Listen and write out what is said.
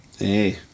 hey